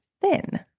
thin